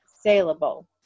saleable